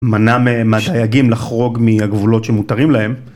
מנע מהדייגים לחרוג מהגבולות שמותרים להם.